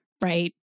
right